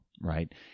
right